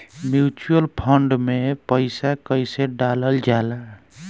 Mutual fund मे पईसा कइसे डालल जाला?